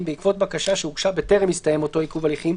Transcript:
בעקבות בקשה שהוגשה בטרם הסתיים אותו עיכוב הליכים,